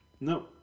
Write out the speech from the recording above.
No